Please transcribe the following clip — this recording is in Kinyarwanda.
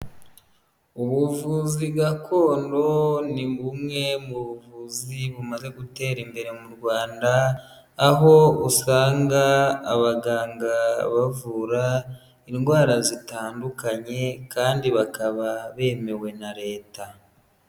Ubuvuzi gakondo ni bumwe mu buvuzi bumaze gutera imbere mu Rwanda, aho usanga abaganga bavura indwara zitandukanye kandi bakaba bemewe na Leta.